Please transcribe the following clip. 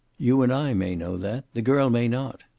you and i may know that. the girl may not.